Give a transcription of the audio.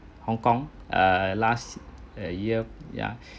hong kong err last err year ya